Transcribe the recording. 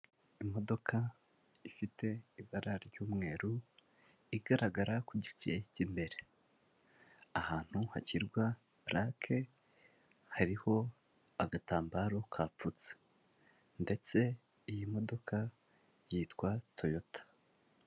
Imodoka ifite ibara ry'umweru igaragara ku gice cy'imbere, ahantu hashyirwa purake hariho agatambaro kahapfutse ndetse iyi modoka yitwa toyota.